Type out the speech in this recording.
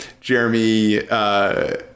Jeremy